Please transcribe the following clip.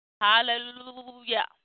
Hallelujah